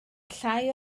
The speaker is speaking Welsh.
llai